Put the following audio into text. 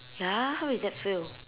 ya how is that fail